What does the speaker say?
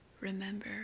Remember